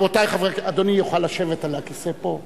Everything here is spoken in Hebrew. אדוני יוכל לשבת על הכיסא פה.